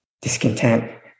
discontent